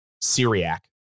Syriac